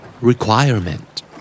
Requirement